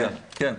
כן.